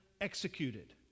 executed